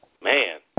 Man